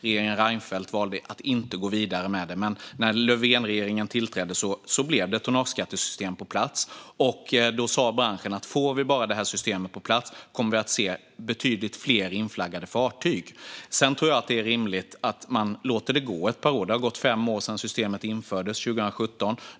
Regeringen Reinfeldt valde att inte gå vidare med det. Men när regeringen Löfven tillträdde kom ett tonnageskattesystem på plats. Då sa branschen att om man bara fick ett sådant system på plats skulle vi få se betydligt fler inflaggade fartyg. Jag tror att det är rimligt att man låter det gå ett par år. Det har gått fem år sedan systemet infördes 2017.